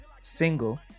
single